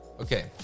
Okay